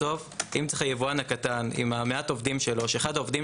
בסוף אם היבואן הקטן עם מעט העובדים שלו שאחד מעובדיו